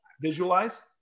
visualize